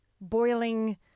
boiling